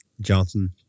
Johnson